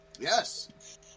Yes